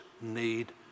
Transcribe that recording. need